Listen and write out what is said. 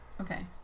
Okay